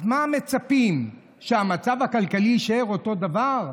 אז למה מצפים, שהמצב הכלכלי יישאר אותו דבר?